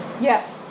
Yes